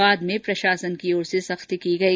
बाद में प्रशासन की ओर से सख्ती की गई